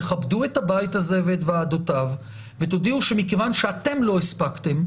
תכבדו את הבית הזה ואת ועדותיו ותודיעו שמכיוון שאתם לא הספקתם,